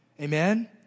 Amen